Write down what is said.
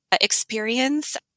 experience